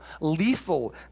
lethal